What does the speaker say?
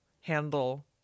handle